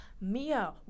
Mia